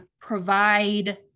provide